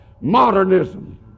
modernism